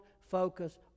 focus